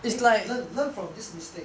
eh learn learn from this mistake